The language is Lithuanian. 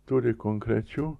turi konkrečių